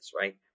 right